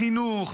בחינוך,